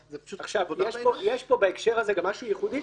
יש פה בהקשר הזה משהו ייחודי,